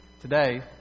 Today